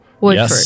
Woodford